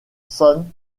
san